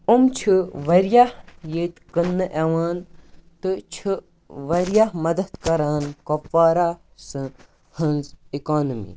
یِم چھِ واریاہ ییٚتہِ کٔننہٕ یِوان تہٕ چھِ واریاہ مَدد کران کۄپوارا سہٕ ہنز اِکونمی